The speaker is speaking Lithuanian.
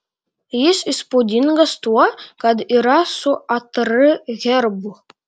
jis įspūdingas tuo kad yra su atr herbu